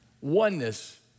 Oneness